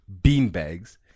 beanbags